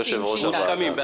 מוסכמים.